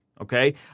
okay